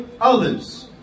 others